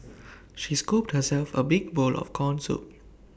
she scooped herself A big bowl of Corn Soup